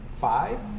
five